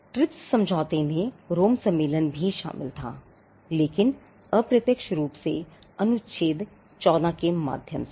trips समझौते में Rome सम्मेलन भी शामिल था लेकिन अप्रत्यक्ष रूप से अनुच्छेद 14 के माध्यम से